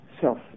self